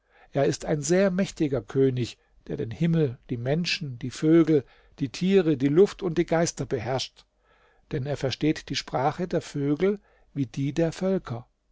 er ist ein sehr mächtiger könig der den himmel die menschen die vögel die tiere die luft und die geister beherrscht denn er versteht die sprache der vögel wie die der völker